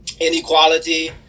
inequality